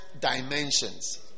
dimensions